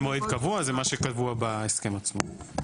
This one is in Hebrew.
אין מועד קבוע, זה מה שקבוע בהסכם עצמו.